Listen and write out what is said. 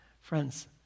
Friends